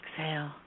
exhale